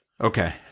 Okay